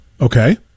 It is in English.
Okay